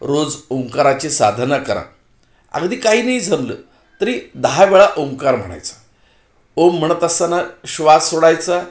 रोज ओंकाराची साधना करा अगदी काही नाही जमलं तरी दहा वेळा ओमकार म्हणायचा ओम म्हणत असताना श्वास सोडायचा